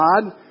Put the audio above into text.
God